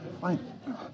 fine